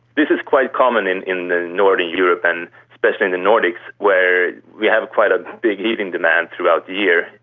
this is quite common in in the north of europe and especially in the nordics, where we have quite a big heating demand throughout the year.